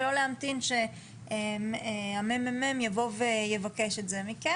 ולא להמתין שהממ"מ יבוא ויבקש את זה מכם,